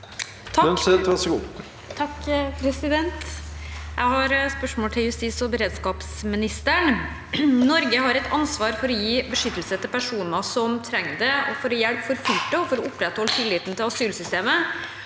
(H) Jeg har et spørs- mål til justis- og beredskapsministeren: «Norge har et ansvar for å gi beskyttelse til personer som trenger det. For å hjelpe forfulgte og for å opprettholde tilliten til asylsystemet